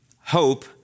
hope